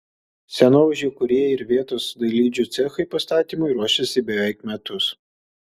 scenovaizdžio kūrėjai ir vietos dailidžių cechai pastatymui ruošėsi beveik metus